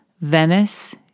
Venice